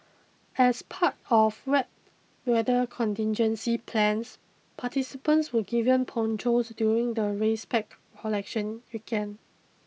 as part of wet weather contingency plans participants were given ponchos during the race pack collection weekend